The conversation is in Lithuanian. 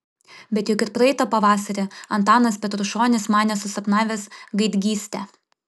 bet juk ir praeitą pavasarį antanas petrušonis manė susapnavęs gaidgystę